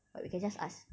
but we can just ask